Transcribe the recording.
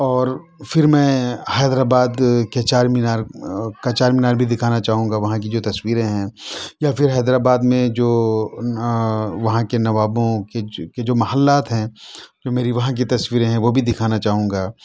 اور پھر میں حیدرآباد کے چار مینار کا چار مینار بھی دکھانا چاہوں گا وہاں کی جو تصویریں ہیں یا پھر حیدرآباد میں جو وہاں کے نوابوں کے جو محلّات ہیں جو میری وہاں کی تصویریں ہیں وہ بھی دکھانا چاہوں گا